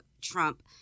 Trump